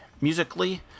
Musically